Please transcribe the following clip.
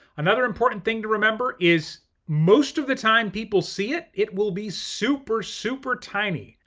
another important thing to remember is most of the time people see it, it will be super, super tiny,